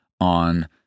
on